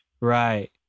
Right